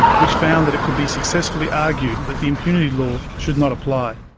which found that it could be successfully argued that the impunity law should not apply.